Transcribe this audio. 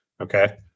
Okay